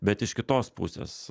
bet iš kitos pusės